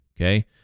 Okay